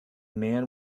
man